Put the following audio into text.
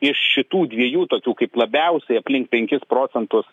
iš šitų dviejų tokių kaip labiausiai aplink penkis procentus